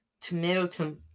tomato